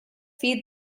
feed